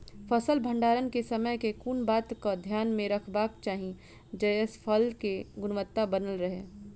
फसल भण्डारण केँ समय केँ कुन बात कऽ ध्यान मे रखबाक चाहि जयसँ फसल केँ गुणवता बनल रहै?